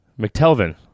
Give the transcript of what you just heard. McTelvin